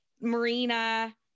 Marina